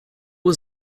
was